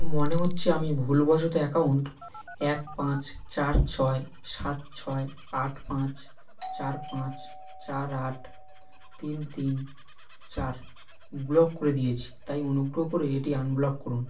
মনে হচ্ছে আমি ভুলবশত অ্যাকাউন্ট এক পাঁচ চার ছয় সাত ছয় আট পাঁচ চার পাঁচ চার আট তিন তিন চার ব্লক করে দিয়েছি তাই অনুগ্রহ করে এটি আনব্লক করুন